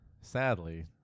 sadly